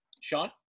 Sean